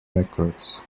records